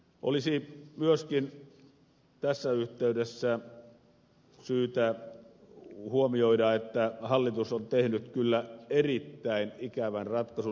olisi myöskin tässä yhteydessä syytä huomioida että hallitus on tehnyt kyllä erittäin ikävän ratkaisun